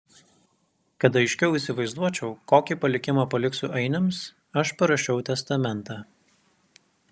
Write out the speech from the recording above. kad aiškiau įsivaizduočiau kokį palikimą paliksiu ainiams aš parašiau testamentą